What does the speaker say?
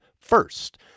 first